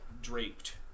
draped